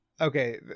Okay